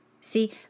See